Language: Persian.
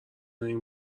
این